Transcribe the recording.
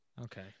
Okay